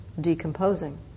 decomposing